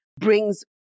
brings